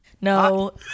No